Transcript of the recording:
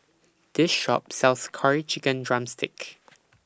This Shop sells Curry Chicken Drumstick